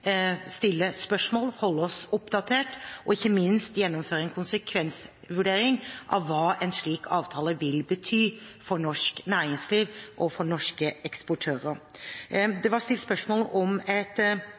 stille spørsmål, holde oss oppdatert og ikke minst gjennomføre en konsekvensvurdering av hva en slik avtale vil bety for norsk næringsliv og for norske eksportører.